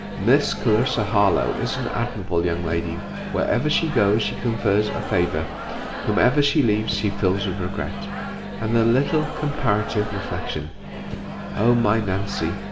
miss clarissa harlowe is an admirable young lady wherever she goes, she confers a favour whomever she leaves, she fills with regret and then a little comparative reflection o my nancy,